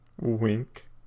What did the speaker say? Wink